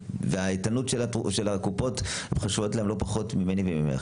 האיתנות של הקופות חשובה להם לא פחות מלי ומלך.